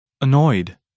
annoyed